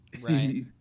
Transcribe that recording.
Right